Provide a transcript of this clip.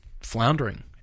floundering